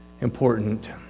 important